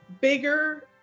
bigger